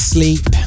Sleep